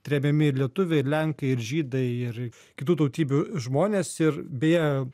tremiami ir lietuviai ir lenkai ir žydai ir kitų tautybių žmonės ir beje